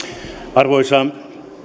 arvoisa